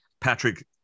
Patrick